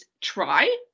try